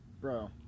Bro